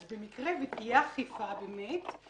אז במקרה ותהיה אכיפה באמת,